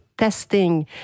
testing